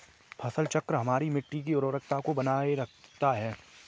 फसल चक्र हमारी मिट्टी की उर्वरता को बनाए रखता है